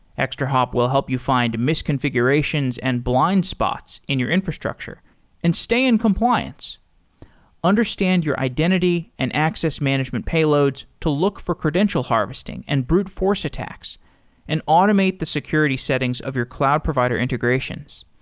extrahop will help you find misconfigurations and blind spots in your infrastructure and stay in compliance understand your identity and access management payloads to look for credential harvesting and brute-force attacks and automate the security settings of your cloud provider integrations.